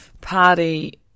party